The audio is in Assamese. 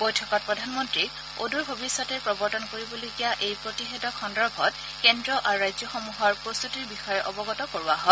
বৈঠকত প্ৰধানমন্ত্ৰীক অদূৰ ভৱিষ্যতে প্ৰৱৰ্তন কৰিবলগীয়া এই প্ৰতিষেধক সন্দৰ্ভত কেন্দ্ৰ আৰু ৰাজ্যসমূহৰ প্ৰস্তুতিৰ বিষয়ে অৱগত কৰোৱা হয়